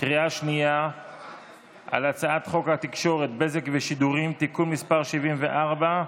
בקריאה שנייה על הצעת חוק התקשורת (בזק ושידורים) (תיקון מס' 74),